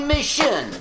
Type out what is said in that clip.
Mission